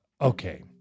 Okay